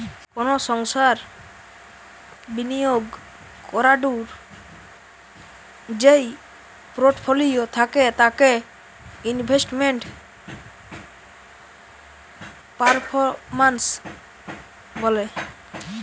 কোনো সংস্থার বিনিয়োগ করাদূঢ় যেই পোর্টফোলিও থাকে তাকে ইনভেস্টমেন্ট পারফরম্যান্স বলে